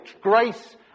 Grace